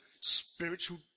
spiritual